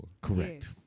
Correct